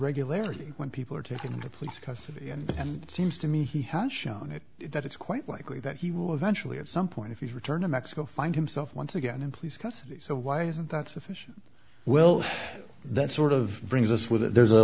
regularity when people are taken into police custody and it seems to me he has shown that it's quite likely that he will eventually at some point if you return to mexico find himself once again and please custody so why isn't that sufficient well that sort of brings us with that there's a